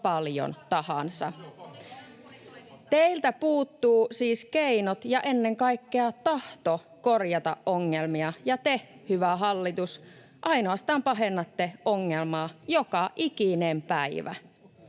paljon tahansa. Teiltä puuttuvat siis keinot ja ennen kaikkea tahto korjata ongelmia, ja te, hyvä hallitus, ainoastaan pahennatte ongelmaa joka ikinen päivä.